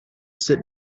sit